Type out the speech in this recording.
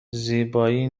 زیبایی